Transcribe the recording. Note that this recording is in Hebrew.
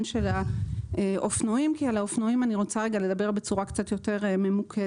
של האופנועים כי על האופנועים אני רוצה לדבר בצורה קצת יותר ממוקדת.